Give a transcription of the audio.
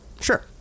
Sure